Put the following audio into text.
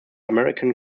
american